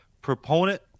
proponent